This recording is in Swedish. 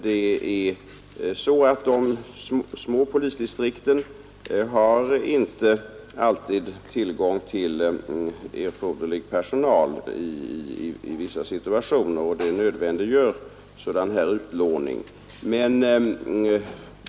De små polisdistrikten har i vissa situationer inte tillgång till erforderlig personal, och det nödvändiggör utlåning.